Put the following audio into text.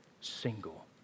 single